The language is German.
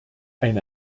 eine